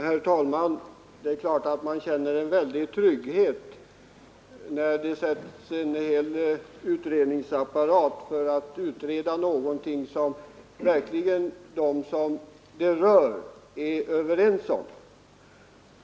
Herr talman! Man känner givetvis en stor trygghet när hela utredningsapparaten sätts i gång för att utreda något som de närmast berörda är helt överens om.